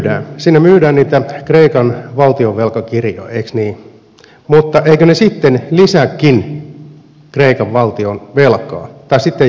siinä myydään niitä kreikan valtion velkakirjoja eikö niin mutta eivätkö ne sitten lisääkin kreikan valtionvelkaa tai sitten ei ole myytävää tavaraa